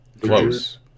close